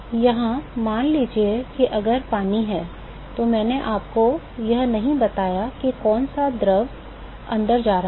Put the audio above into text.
यहाँ मान लीजिए कि अगर यह पानी है तो मैंने आपको यह नहीं बताया कि कौन सा द्रव अंदर जा रहा है